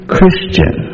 Christian